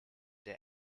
der